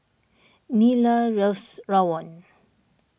Nyla loves Rawon